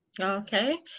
okay